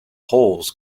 hulls